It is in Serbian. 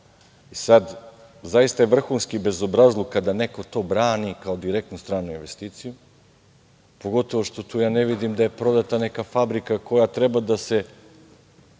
evra. Sad, zaista je vrhunski bezobrazluk kada neko to brani kao direktnu stranu investiciju, pogotovo što ja ne vidim da je tu prodata neka fabrika koja treba da se